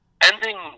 ending